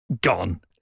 Gone